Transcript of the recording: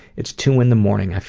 it's two in the morning,